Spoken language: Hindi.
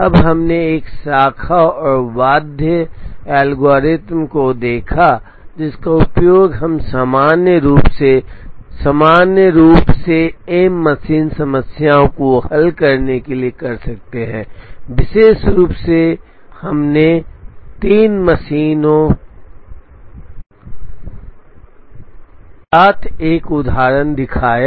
अब हमने एक शाखा और बाध्य एल्गोरिथ्म को भी देखा जिसका उपयोग हम सामान्य रूप से सामान्य रूप से एम मशीन समस्या को हल करने के लिए कर सकते हैं विशेष रूप से हमने तीन मशीनों के साथ एक उदाहरण दिखाया